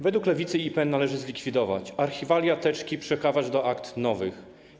Według Lewicy IPN należy zlikwidować, archiwalia, teczki przekazać do Archiwum Akt Nowych.